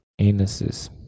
anuses